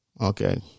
Okay